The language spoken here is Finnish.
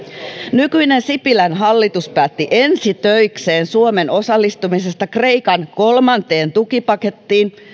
nykyinen sipilän hallitus päätti ensi töikseen suomen osallistumisesta kreikan kolmanteen tukipakettiin